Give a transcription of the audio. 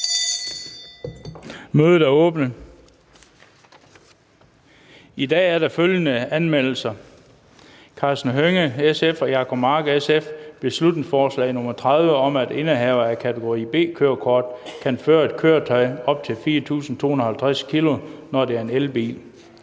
Mødet er åbnet. I dag er der følgende anmeldelser: Karsten Hønge (SF) og Jacob Mark (SF): Beslutningsforslag nr. B 30 (Forslag til folketingsbeslutning om, at indehavere af et kategori B-kørekort kan føre et køretøj op til 4.250 kg, når det er en elbil).